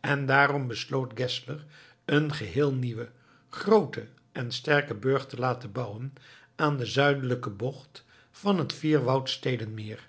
en daarom besloot geszler een geheel nieuwen grooten en sterken burcht te laten bouwen aan den zuidelijken bocht van het vier woudsteden meer